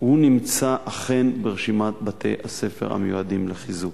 הוא אכן נמצא ברשימת בתי-הספר המיועדים לחיזוק.